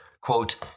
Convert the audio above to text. quote